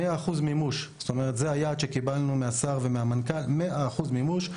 היעד שקיבלנו מהשר ומהמנכ"ל זה 100% מימוש,